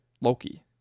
Loki